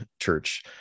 church